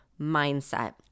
mindset